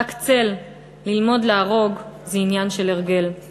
רק צל / ללמוד להרוג / זה עניין של הרגל //